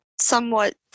somewhat